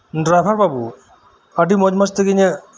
driver ᱵᱟᱵᱩ ᱟᱰᱤ ᱢᱚᱸᱡᱽ ᱢᱚᱸᱡᱽ ᱛᱮᱜᱮ ᱤᱧᱟᱹᱜ